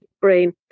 brain